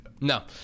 No